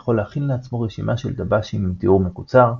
יכול להכין לעצמו רשימה של דב"שים עם תיאור מקוצר,